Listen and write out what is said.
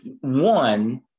one